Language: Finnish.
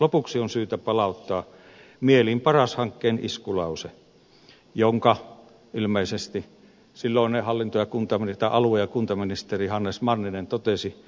lopuksi on syytä palauttaa mieliin paras hankkeen iskulause jonka ilmeisesti silloinen alue ja kuntaministeri hannes manninen totesi